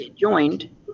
joined